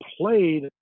played